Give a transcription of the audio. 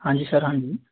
ਹਾਂਜੀ ਸਰ ਹਾਂਜੀ